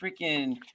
freaking